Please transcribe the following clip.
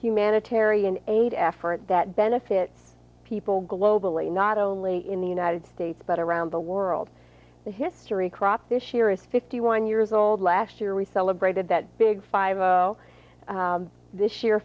humanitarian aid effort that benefit people globally not only in the united states but around the world the history crop this year is fifty one years old last year we celebrated that big five zero this year